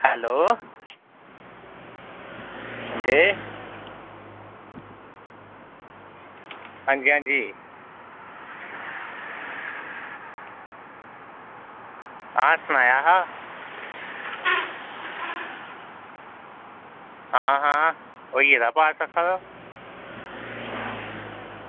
hello हां जी हां जी हां जी हां सनाया हा हां हां होई गेदा पास आक्खा दा हा